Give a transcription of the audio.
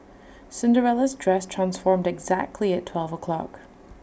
Cinderella's dress transformed exactly at twelve o'clock